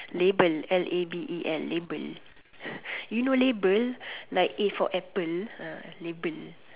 label L A B E L label you know label like A for apple ah label